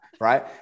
right